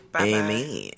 amen